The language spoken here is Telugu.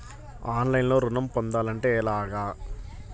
ఆన్లైన్లో ఋణం పొందాలంటే ఎలాగా?